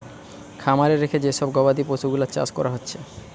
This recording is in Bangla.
খামারে রেখে যে সব গবাদি পশুগুলার চাষ কোরা হচ্ছে